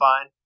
fine